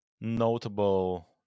notable